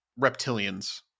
reptilians